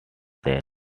than